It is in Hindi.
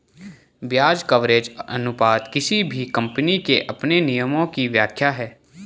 ब्याज कवरेज अनुपात किसी भी कम्पनी के अपने नियमों की व्याख्या है